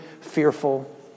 fearful